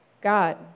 God